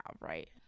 right